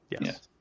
Yes